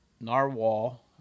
Narwhal